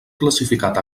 classificat